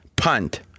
Punt